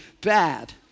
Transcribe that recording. bad